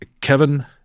Kevin